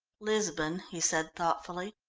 lisbon, he said thoughtfully.